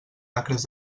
acres